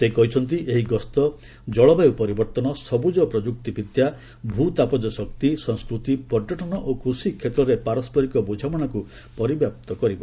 ସେ କହିଛନ୍ତି ଏହି ଗସ୍ତ ଜଳବାୟୁ ପରିବର୍ତ୍ତନ ସବୁଜ ପ୍ରଯୁକ୍ତି ବିଦ୍ୟା ଭୂତାପଜ୍ଞ ଶକ୍ତି ସଂସ୍କୃତି ପର୍ଯ୍ୟଟନ ଓ କୃଷି କ୍ଷେତ୍ରରେ ପାରସ୍କରିକ ବୁଝାମଣାକୁ ପରିବ୍ୟାପ୍ତ କରିବ